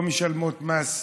לא משלמות מס,